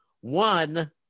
one